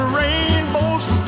rainbow's